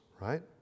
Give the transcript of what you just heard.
right